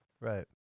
Right